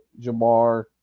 Jamar